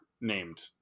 named